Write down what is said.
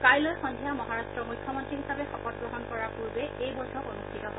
কাইলৈ সদ্ধিয়া মহাৰাট্ট মুখ্যমন্নী হিচাপে শপত গ্ৰহণ কৰাৰ পূৰ্বে এই বৈঠক অনুষ্ঠিত হয়